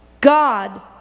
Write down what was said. God